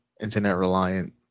internet-reliant